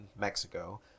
Mexico